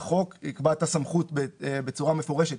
יקבע את הסמכות בצורה מפורשת,